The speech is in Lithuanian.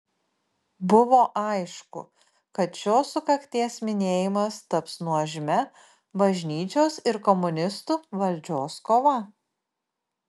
buvo aišku kad šios sukakties minėjimas taps nuožmia bažnyčios ir komunistų valdžios kova